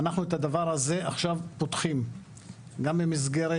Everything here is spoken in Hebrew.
ואנחנו את הדבר הזה עכשיו פותחים גם במסגרת